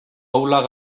ahulak